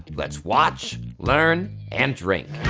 let's watch, learn and drink.